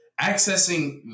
accessing